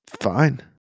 Fine